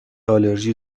آلرژی